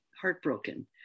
heartbroken